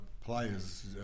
players